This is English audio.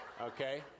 Okay